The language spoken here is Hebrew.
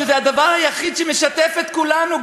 שזה הדבר היחיד שמשתף את כולנו,